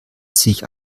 sich